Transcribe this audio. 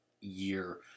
year